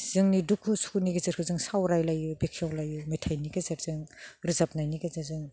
जोंनि दुखु सुखुनि गेजेरजों सावरायलायो बेखेवलायो मेथाइनि गेजेरजों रोजाबनायनि गेजेरजों